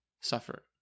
suffer